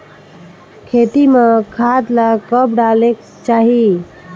खेती म खाद ला कब डालेक चाही?